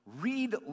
Read